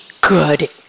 good